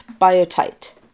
biotite